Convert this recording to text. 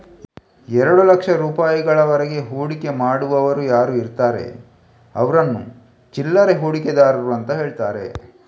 ಎರಡು ಲಕ್ಷ ರೂಪಾಯಿಗಳವರೆಗೆ ಹೂಡಿಕೆ ಮಾಡುವವರು ಯಾರು ಇರ್ತಾರೆ ಅವ್ರನ್ನ ಚಿಲ್ಲರೆ ಹೂಡಿಕೆದಾರರು ಅಂತ ಹೇಳ್ತಾರೆ